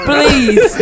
Please